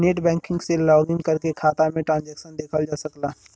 net banking से login करके खाता में ट्रांसैक्शन देखल जा सकला